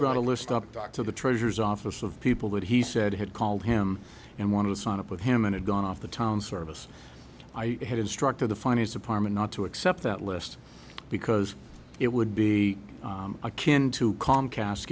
brought a list up talk to the treasurer's office of people that he said had called him and want to sign up with him and had gone off the town service i had instructed the finance department not to accept that list because it would be akin to comcast